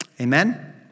Amen